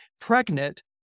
pregnant